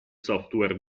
software